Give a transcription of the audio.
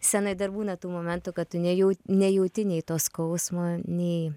scenoj dar būna tų momentų kad tu nejau nejauti nei to skausmo nei